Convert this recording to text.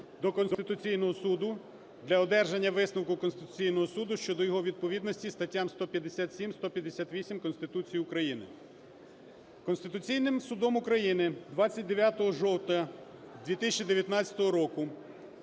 до Конституційного Суду для одержання висновку Конституційного Суду щодо його відповідності статтям 157, 158 Конституції України. Конституційним Судом України 29 жовтня 2019 року